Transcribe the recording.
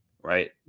right